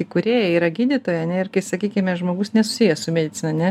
įkūrėja yra gydytoja ane ir kai sakykime žmogus nesusijęs su medicina ne